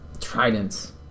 tridents